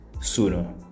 sooner